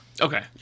Okay